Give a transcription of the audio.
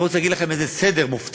אני לא רוצה להגיד לכם בסדר מופתי,